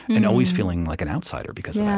and always feeling like an outsider because